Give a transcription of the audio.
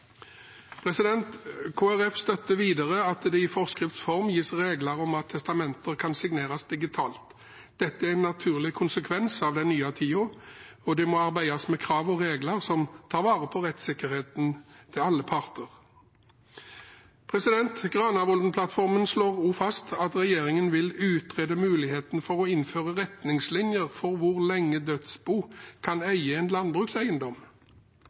støtter videre at det i forskrifts form gis regler om at testamenter kan signeres digitalt. Dette er en naturlig konsekvens av den nye tiden. Det må arbeides med krav og regler som tar vare på rettssikkerheten til alle parter. Granavolden-plattformen slår også fast at regjeringen vil «Utrede muligheten for å innføre retningslinjer for hvor lenge dødsbo kan eie en landbrukseiendom».